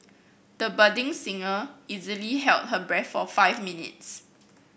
the budding singer easily held her breath for five minutes